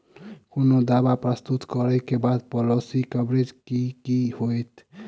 कोनो दावा प्रस्तुत करै केँ बाद पॉलिसी कवरेज केँ की होइत?